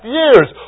years